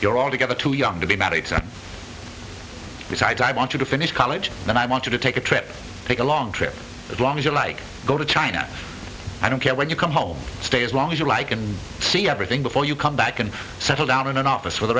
you're altogether too young to be moderates on your side i want you to finish college and i want you to take a trip take a long trip as long as you like go to china i don't care when you come home stay as long as you like and see everything before you come back and settle down in an office for the